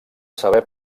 saber